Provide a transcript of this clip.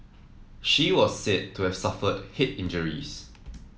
she was said to have suffered head injuries